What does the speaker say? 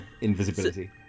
invisibility